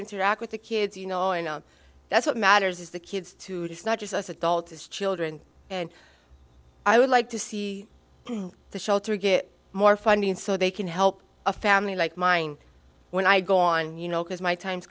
interact with the kids you know i know that's what matters is the kids too just not just us adults as children and i would like to see the shelter get more funding so they can help a family like mine when i go on you know because my time's